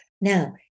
Now